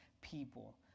people